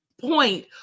point